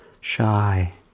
shy